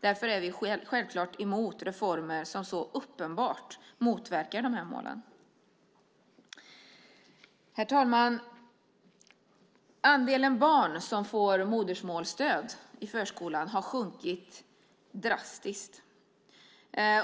Därför är vi självklart emot reformer som så uppenbart motverkar de här målen. Herr talman! Andelen barn som får modersmålsstöd i förskolan har sjunkit drastiskt.